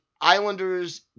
Islanders